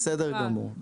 בסדר גמור.